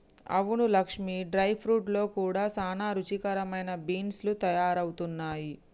అవును Lakshmi dry fruits లో కూడా సానా రుచికరమైన బీన్స్ లు తయారవుతున్నాయి